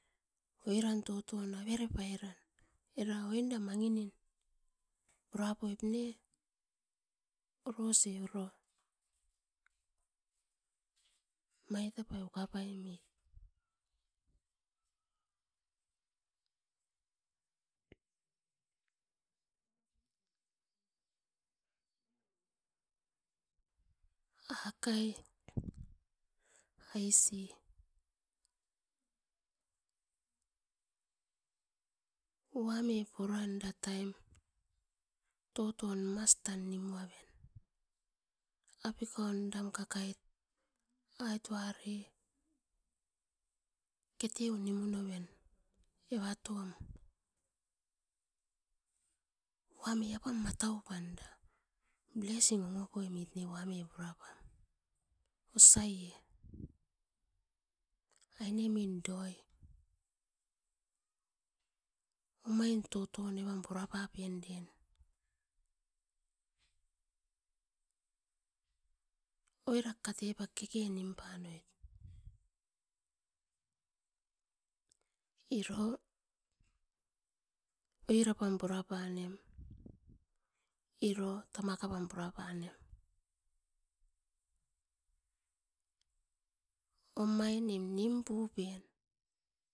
Oiran toton averepairan era oinda manginim purapoip ne orosi uro, maitapai ukapamit akai aisi wuame puramda taim toton mas tan nimuaven apikaun eram kakaituare keteu nimoneven evatom wuam apam matau pam era blessing ongopomit era wami purapam osiaie ainim doi omain totomi evan purapapinden, oirat katepat kekei nimpanoit iro oirapam puraparem iro tamakapm puraparem omainim nimpupem